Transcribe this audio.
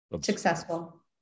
successful